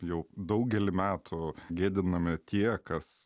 jau daugelį metų gėdinami tie kas